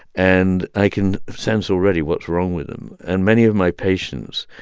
and i can sense already what's wrong with them. and many of my patients,